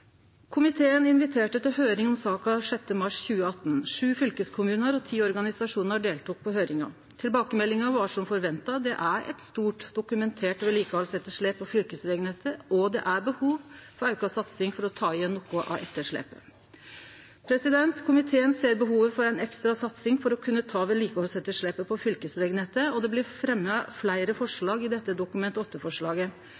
Komiteen inviterte til høyring om saka 6. mars 2018. Sju fylkeskommunar og ti organisasjonar deltok på høyringa. Tilbakemeldinga var som forventa – det er eit stort dokumentert vedlikehaldsetterslep på fylkesvegnettet, og det er behov for auka satsing for å ta igjen noko av etterslepet. Komiteen ser behovet for ei ekstra satsing for å kunne ta vedlikehaldsetterslepet på fylkesvegnettet, og det blir fremja fleire